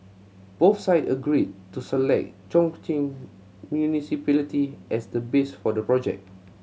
both side agreed to select Chongqing Municipality as the base for the project